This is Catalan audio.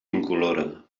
incolora